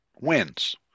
wins